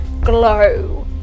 glow